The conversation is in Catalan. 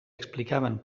explicaven